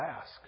ask